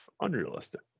unrealistic